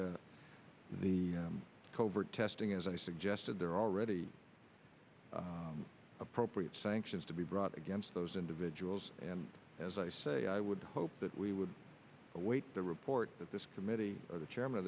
the covert testing as i suggested there are already appropriate sanctions to be brought against those individuals and as i say i would hope that we would await the report that this committee or the chairman o